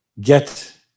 get